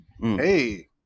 Hey